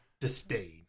disdain